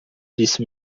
disse